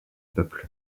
peuple